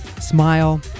Smile